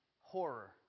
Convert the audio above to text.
horror